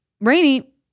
Rainy